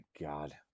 God